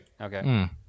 Okay